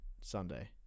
Sunday